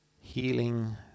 Healing